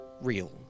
real